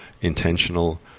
intentional